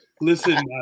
Listen